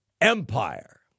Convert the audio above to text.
empire